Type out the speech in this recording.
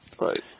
Right